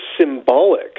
symbolic